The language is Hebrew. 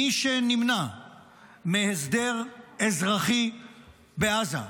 מי שנמנע מהסדר אזרחי בעזה,